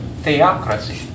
theocracy